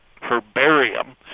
Herbarium